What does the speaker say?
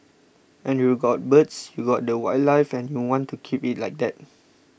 and you've got birds you've got the wildlife and you want to keep it like that